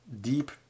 deep